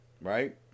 right